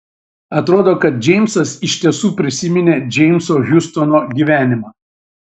atrodo kad džeimsas iš tiesų prisiminė džeimso hiustono gyvenimą